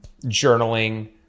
journaling